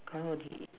colour the